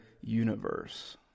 universe